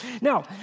Now